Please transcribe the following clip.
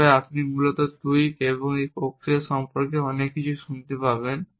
তবে আপনি মূলত টুইক এবং এই প্রক্রিয়া সম্পর্কে অনেক কিছু শুনতে পাবেন